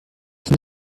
sie